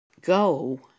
go